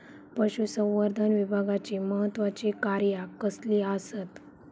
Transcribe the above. पशुसंवर्धन विभागाची महत्त्वाची कार्या कसली आसत?